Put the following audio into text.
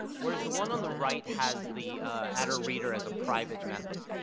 whereas the one on the right has the adder reader as a private method.